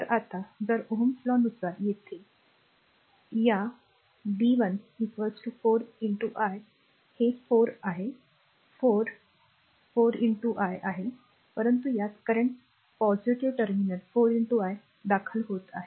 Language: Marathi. तर आता जर Ωs' law नुसार येथे या हा एक b 1 4 i r हे 4 आहे 4 4 i आहे परंतु यात current पॉझिटिव्ह टर्मिनल 4 i दाखल होत आहे